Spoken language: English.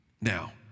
Now